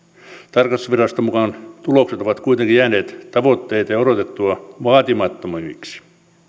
tarkastusviraston mukaan tulokset ovat kuitenkin jääneet tavoitteita ja odotettua vaatimattomammiksi